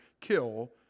kill